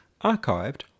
archived